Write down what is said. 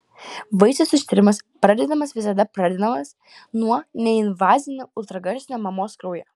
vaisiaus ištyrimas pradedamas visada pradedamas nuo neinvazinių ultragarsinio mamos kraujo